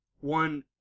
One